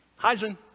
Heisen